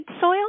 soil